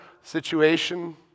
situation